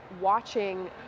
watching